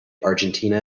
argentina